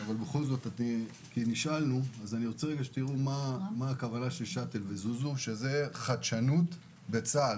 אני רוצה שתראו מה הכוונה של שאט"ל ב"זוזו" שזו חדשנות בצה"ל.